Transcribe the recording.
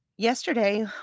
Yesterday